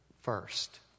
first